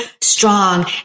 strong